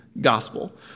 gospel